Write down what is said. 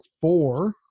four